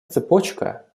цепочка